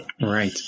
Right